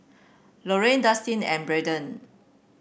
Loran Dustin and Braiden